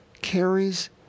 carries